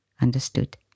understood